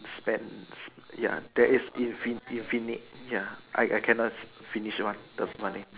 spent ya that is info infinite ya I I cannot finish one the money